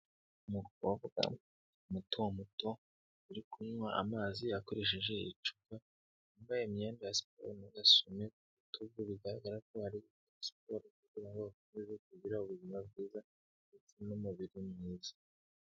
Umukobwa muto muto uri kunywa amazi akoresheje icupa, yambaye imyenda ya siporo n'agasume ku ibitugu, bigaragara ko ari muri siporo kugirango ngo akomeze kugira ubuzima bwiza ndetse n'umubiri mwiza.